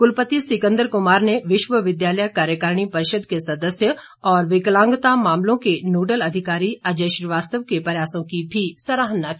कुलपति सिकंदर कुमार ने विश्वविद्यालय कार्यकारिणी परिषद के सदस्य और विकलांगता मामलों के नोडल अधिकारी अजय श्रीवास्तव के प्रयासों की भी सराहना की